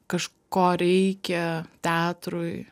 kažko reikia teatrui